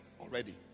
already